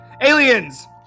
aliens